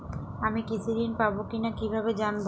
আমি কৃষি ঋণ পাবো কি না কিভাবে জানবো?